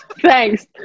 Thanks